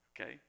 okay